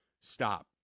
stop